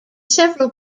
several